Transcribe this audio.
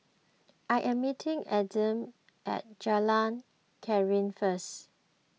I am meeting Aidan at Jalan Krian first